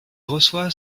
reçoit